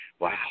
Wow